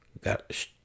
got